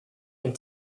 and